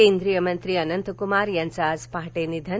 केंद्रीय मंत्री अनंत कुमार यांच आज पहाटे निधन